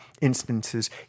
instances